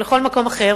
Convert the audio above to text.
או לכל מקום אחר,